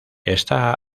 está